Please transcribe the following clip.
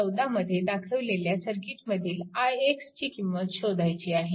14 मध्ये दाखवलेल्या सर्किटमधील ix ची किंमत शोधायची आहे